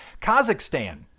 Kazakhstan